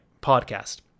podcast